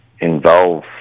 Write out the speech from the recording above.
involve